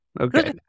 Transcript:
okay